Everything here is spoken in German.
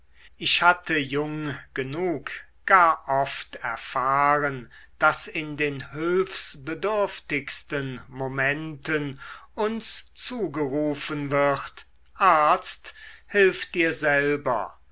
ich hatte jung genug gar oft erfahren daß in den hülfsbedürftigsten momenten uns zugerufen wird arzt hilf dir selber